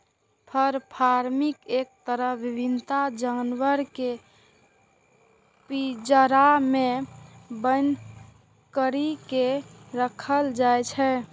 फर farming के तहत विभिन्न जानवर कें पिंजरा मे बन्न करि के राखल जाइ छै